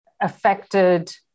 affected